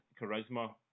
charisma